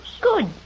Good